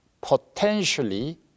potentially